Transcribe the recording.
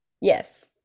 Yes